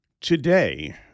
Today